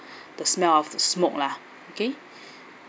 the smell of the smoke lah okay